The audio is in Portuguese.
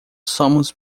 somos